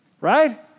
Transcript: right